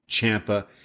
Champa